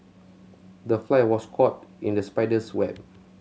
the fly was caught in the spider's web